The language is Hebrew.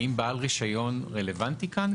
האם בעל רישיון רלוונטי כאן?